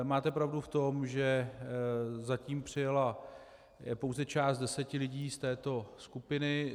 Máte pravdu v tom, že zatím přijela pouze část deseti lidí z této skupiny.